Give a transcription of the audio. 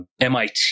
MIT